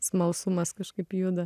smalsumas kažkaip juda